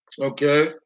okay